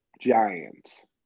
Giants